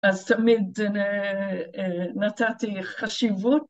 ‫אז תמיד אה.. אה.. נתתי חשיבות.